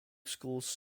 schools